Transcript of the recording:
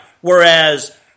Whereas